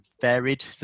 varied